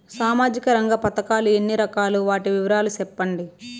సామాజిక రంగ పథకాలు ఎన్ని రకాలు? వాటి వివరాలు సెప్పండి